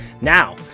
now